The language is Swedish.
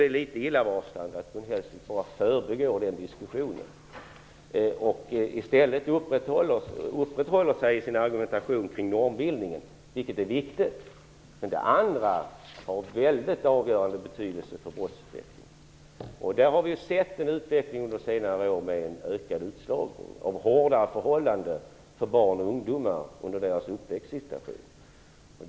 Det är litet illavarslande att Gun Hellsvik förbigår den diskussionen och i stället i sin argumentation uppehåller sig vid normbildningen, vilken är viktig. Men även de andra faktorerna har en mycket avgörande betydelse för brottsutvecklingen. Vi har under senare år sett en utveckling med en ökad utslagning och svårare förhållanden för barn och ungdomar i deras uppväxtsituation.